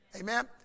Amen